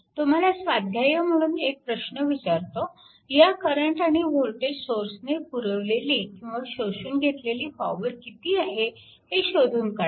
तुम्हाला स्वाध्याय म्हणून एक प्रश्न विचारतो ह्या करंट आणि वोल्टेज सोर्सने पुरवलेली किंवा शोषून घेतलेली पॉवर किती आहे हे शोधून काढा